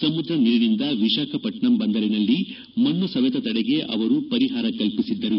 ಸಮುದ್ರ ನೀರಿನಿಂದ ವಿಶಾಖಪಟ್ಟಣಂ ಬಂದರಿನಲ್ಲಿ ಮಣ್ಣು ಸವೆತ ತಡೆಗೆ ಅವರು ಪರಿಹಾರ ಕಲ್ಪಿಸಿದ್ದರು